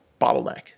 bottleneck